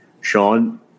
Sean